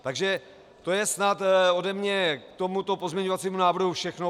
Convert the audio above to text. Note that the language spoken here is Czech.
Takže to je snad ode mne k tomuto pozměňovacímu návrhu všechno.